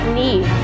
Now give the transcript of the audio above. need